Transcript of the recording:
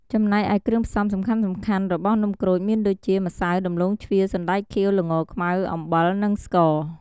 ចំណែកឯគ្រឿងផ្សំសំខាន់ៗរបស់នំក្រូចមានដូចជា ម្សៅ ដំឡូងជ្វា សណ្ដែកខៀវ ល្ងខ្មៅ អំបិល និងស្ករ។